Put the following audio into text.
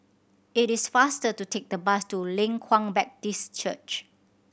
it is faster to take the bus to Leng Kwang Baptist Church